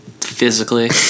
physically